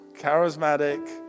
charismatic